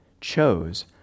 chose